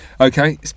Okay